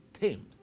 tamed